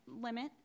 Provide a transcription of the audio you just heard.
limit